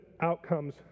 outcomes